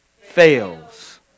fails